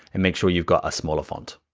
and make sure you've got a smaller font.